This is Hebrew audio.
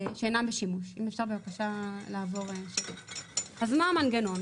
אז מה המנגנון?